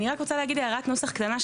אני רק רוצה להגיד הערת נוסח קטנה,